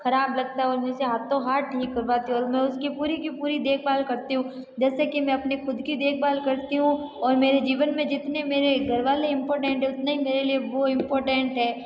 खराब लगता है और मैं उसे हाथों हाथ ठीक करवाती हूँ और मैं उसकी पूरी की पूरी देखभाल करती हूँ जैसे कि मैं अपने खुद की देखभाल करती हूँ और मेरे जीवन में जितने मेरे घरवाले इम्पोर्टेन्ट है उतने ही मेरे लिए वो इम्पोर्टेन्ट है